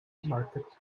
market